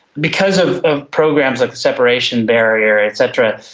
because of of programs like the separation barrier, et cetera,